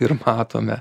ir matome